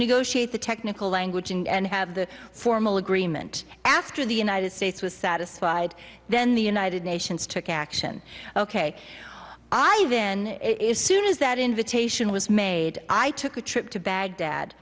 negotiate the technical language and have the formal agreement after the united states was satisfied then the united nations took action ok i then it is soon as that invitation was made i took a trip to baghdad